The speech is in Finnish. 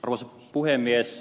arvoisa puhemies